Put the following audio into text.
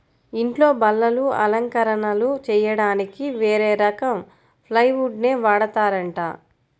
ఇంట్లో బల్లలు, అలంకరణలు చెయ్యడానికి వేరే రకం ప్లైవుడ్ నే వాడతారంట